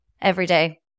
everyday